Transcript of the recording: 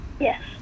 Yes